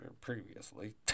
previously